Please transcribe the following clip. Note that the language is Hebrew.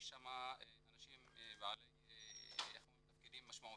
יש שם אנשים בעלי תפקידים משמעותיים,